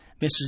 Mrs